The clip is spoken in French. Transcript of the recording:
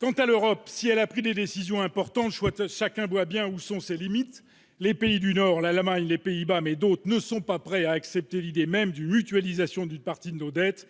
Quant à l'Europe, si elle a pris des décisions importantes, chacun voit bien où sont ses limites : les pays du Nord, l'Allemagne, les Pays-Bas et d'autres ne sont pas prêts à accepter l'idée même d'une mutualisation d'une partie de nos dettes.